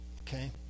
okay